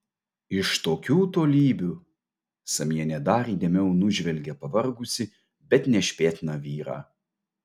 iš tokių tolybių samienė dar įdėmiau nužvelgia pavargusį bet nešpėtną vyrą